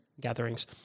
gatherings